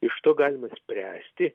iš to galima spręsti